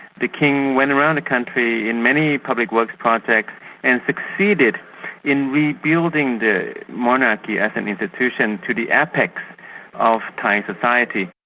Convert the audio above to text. the king went around the country in many public works projects and succeeded in rebuilding the monarchy as an institution to the apex of thai and society.